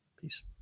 Peace